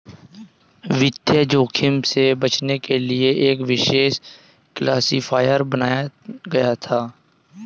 वित्तीय जोखिम से बचने के लिए एक विशेष क्लासिफ़ायर बनाया गया था